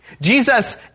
Jesus